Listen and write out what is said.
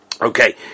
Okay